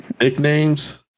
Nicknames